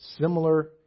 similar